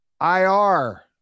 IR